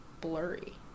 blurry